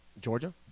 Georgia